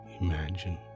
imagine